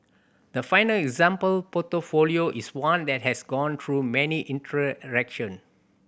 the final example portfolio is one that has gone through many iteration